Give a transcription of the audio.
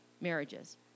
marriages